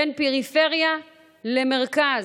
בין פריפריה למרכז,